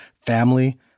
family